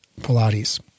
Pilates